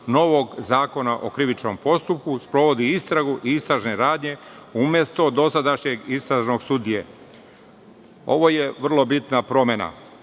novog Zakona o krivičnom postupku sprovodi istragu i istražne radnje, umesto dosadašnjeg istražnog sudije. Ovo je vrlo bitna promena.